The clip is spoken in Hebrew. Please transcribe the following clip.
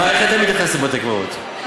איך אתם מתייחסים לבתי-קברות.